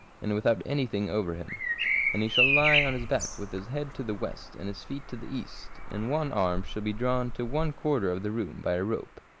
and without anything over him and he shall lie on his back with his head to the west, and his feet to the east, and one arm shall be drawn to one quarter of the room by a rope,